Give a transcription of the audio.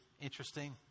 Interesting